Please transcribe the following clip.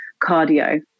cardio